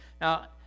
Now